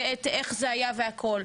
ואת איך זה היה והכול,